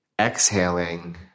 exhaling